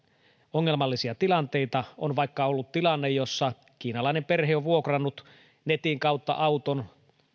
ongelmallisia tilanteita on vaikka ollut tilanne jossa kiinalainen perhe on vuokrannut netin kautta auton